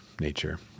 nature